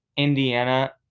indiana